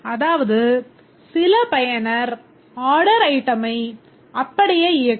அதவாது சில பயனர் order item ஐ அப்படியே இயக்குவர்